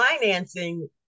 financing